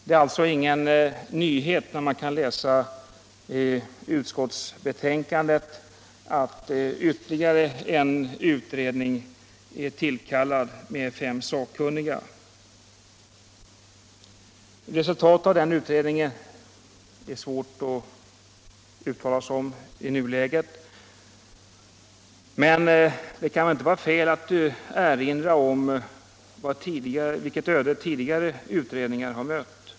Det är alltså ingen nyhet när man kan läsa i utskottsbetänkandet att ytterligare en utredning är tillkallad med fem sakkunniga. Det är svårt att i nuläget uttala sig om resultatet av den utredningen, men det kan inte vara fel att erinra om vilket öde tidigare utredningar har mött.